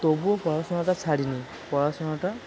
তবুও পড়াশোনাটা ছাড়িনি পড়াশোনাটা